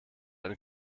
eine